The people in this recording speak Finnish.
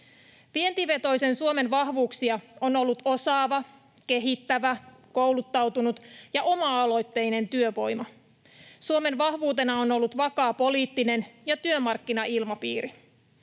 Vientivetoisen Suomen vahvuuksia on ollut osaava, kehittävä, kouluttautunut ja oma-aloitteinen työvoima. Suomen vahvuutena on ollut vakaa poliittinen ja työmarkkinailmapiiri.